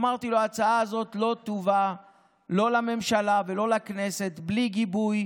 אמרתי לו: ההצעה הזאת לא תובא לא לממשלה ולא לכנסת בלי גיבוי